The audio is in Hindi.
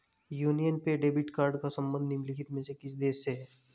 यूनियन पे डेबिट कार्ड का संबंध निम्नलिखित में से किस देश से है?